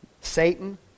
Satan